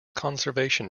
conservation